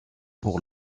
pour